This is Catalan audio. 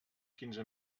quinze